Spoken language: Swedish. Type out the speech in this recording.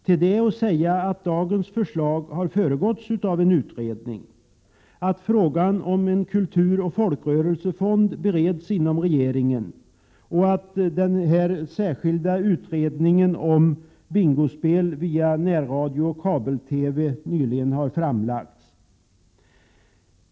Till detta är att säga att dagens förslag föregåtts av en utredning, att frågan om en kulturoch folkrörelsefond bereds inom regeringen samt att den särskilda utredningen om bingospel via närradio och kabel-TV nyligen framlagts.